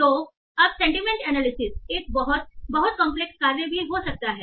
तो अब sentiment analysis एक बहुत बहुत कॉम्प्लेक्स कार्य भी हो सकता है